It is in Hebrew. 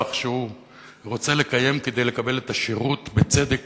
שהוא רוצה לקיים כדי לקבל את השירות בצדק